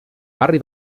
barri